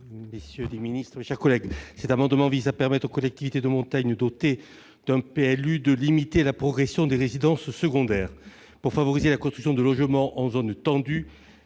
présenter l'amendement n° 59 rectifié . Cet amendement vise à permettre aux collectivités de montagne dotées d'un PLU de limiter la progression des résidences secondaires. Pour favoriser la construction de logements en zone tendue,